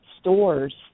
stores